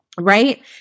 Right